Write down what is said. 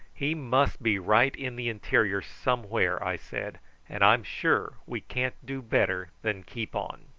he must be right in the interior somewhere, i said and i'm sure we can't do better than keep on.